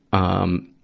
um,